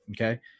okay